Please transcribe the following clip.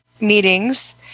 meetings